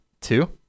Two